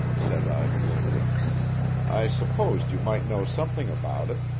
said i gloomily i supposed you might know something about it.